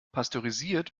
pasteurisiert